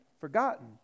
forgotten